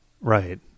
Right